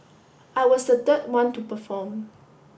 I was the third one to perform